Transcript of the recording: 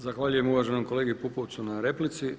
Zahvaljujem uvaženom kolegi Pupovcu na replici.